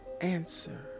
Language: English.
answer